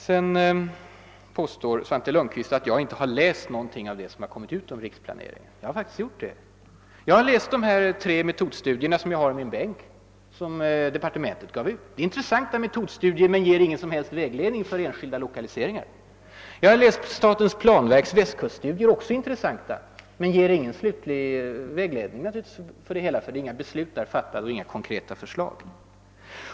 Svante Lundkvist påstår att jag inte läst någonting av det som har kommit ut om riksplaneringen. Men jag har faktiskt gjort det. Jag har läst de tre metodstudier som departementet gav ut och som jag har i min bänk. De är intressanta men de ger ingen vägledning för enskilda lokaliseringar. Jag har läst statens planverks Västkuststudier. De är också intressanta, men de ger naturligtvis ingen slutlig vägledning, eftersom inga beslut fattats och inga konkreta förslag framlagts.